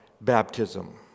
baptism